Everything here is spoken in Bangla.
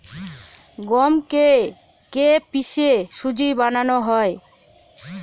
গমকে কে পিষে সুজি বানানো হয়